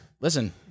Listen